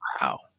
Wow